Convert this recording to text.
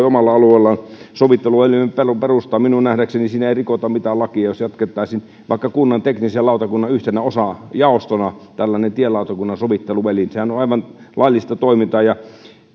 omalla alueellaan sovitteluelimen perustaa minun nähdäkseni siinä ei rikota mitään lakia jos jatkaisi vaikka kunnan teknisen lautakunnan yhtenä osajaostona tällainen tielautakunnan sovitteluelin sehän on aivan laillista toimintaa